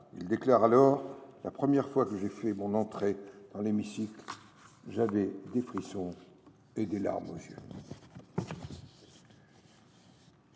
il déclare alors :« La première fois que j’ai fait mon entrée dans l’Hémicycle, j’avais des frissons et des larmes aux yeux.